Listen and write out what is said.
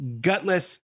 gutless